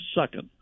second